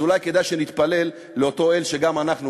אז אולי כדאי שנתפלל לאותו אל שגם אנחנו,